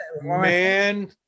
Man